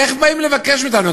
איך באים לבקש מאתנו?